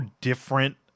different